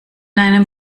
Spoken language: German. einem